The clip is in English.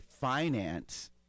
finance